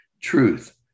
truth